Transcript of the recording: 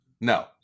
No